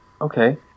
Okay